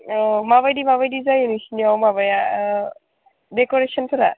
अ माबायदि माबायदि जायो नोंसोरनियाव माबाया डेक'रेसनफोरा